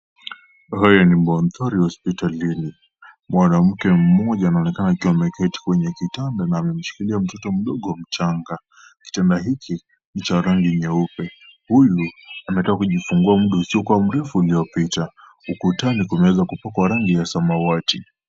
Hii ni mandhari ya hospitalini. Mwanamke mmoja anaonekana akiwa ameketi kwenye kitanda na amemshikilia mtoto mdogo mchanga. Kitanda hichi ni cha rangi nyeupe. Huyu ametoka kujifungua muda usiokuwa mrefu uliopita. Ukutani kumeweza kupakwa rangi ya samawati.